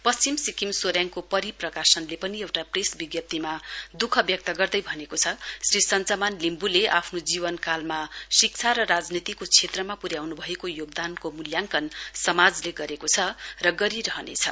पश्चिम सिक्किम सोरेडको परी प्रकाशनले पनि एउटा प्रेस विज्ञप्तिमा द्रःख व्यक्त गर्दै भनेको छ श्री सञ्चमान लिम्ब्ले आफ्नो जीवन कालमा शिक्षा र राजनीतिको क्षेत्रमा प्र्याउन् भएको योगदानको मूल्याङ्कन समाजले गरेको छ र गरिरहनेछ